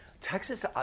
Texas